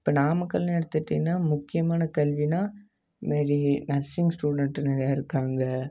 இப்போ நாமக்கல்னு எடுத்துக்கிட்டிங்கனால் முக்கியமான கல்வினால் இது மாரி நர்ஸிங் ஸ்டூடெண்ட்டு நிறையா இருக்காங்க